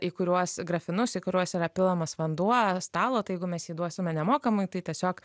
į kuriuos grafinus į kuriuos yra pilamas vanduo stalo tai jeigu mes jį duosime nemokamai tai tiesiog